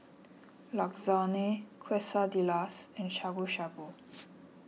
Lasagne Quesadillas and Shabu Shabu